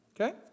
Okay